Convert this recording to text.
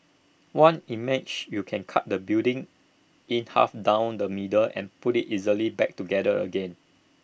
one image you could cut the building in half down the middle and put IT easily back together again